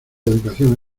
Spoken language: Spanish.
educación